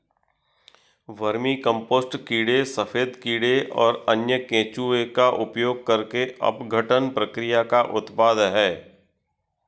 vermicompost कीड़े सफेद कीड़े और अन्य केंचुए का उपयोग करके अपघटन प्रक्रिया का उत्पाद है